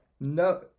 no